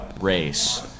race